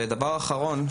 דבר אחרון,